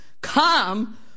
come